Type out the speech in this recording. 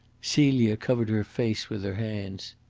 celia covered her face with her hands.